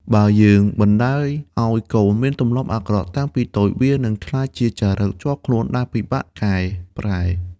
បើយើងបណ្ដោយឱ្យកូនមានទម្លាប់អាក្រក់តាំងពីតូច វានឹងក្លាយជាចរិតជាប់ខ្លួនដែលពិបាកកែប្រែ។